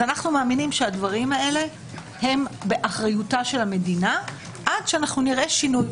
אנחנו מאמינים שהדברים האלה באחריותה של המדינה עד שנראה שינוי.